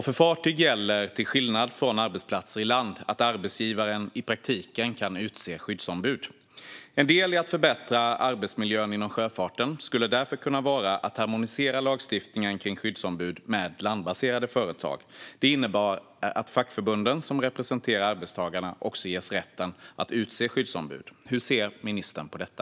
För fartyg gäller, till skillnad från arbetsplatser i land, att arbetsgivaren i praktiken kan utse skyddsombud. En del i att förbättra arbetsmiljön inom sjöfarten skulle därför kunna vara att harmonisera lagstiftningen om skyddsombud efter landbaserade företag. Detta innebär att fackförbunden, som representerar arbetstagarna, ges rätt att utse skyddsombud. Hur ser ministern på detta?